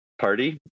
party